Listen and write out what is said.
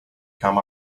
come